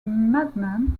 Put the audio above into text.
madman